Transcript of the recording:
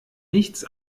nichts